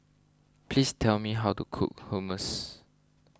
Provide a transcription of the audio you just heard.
please tell me how to cook Hummus